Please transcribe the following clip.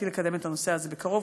לקדם נושא זה בקרוב.